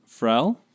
Frel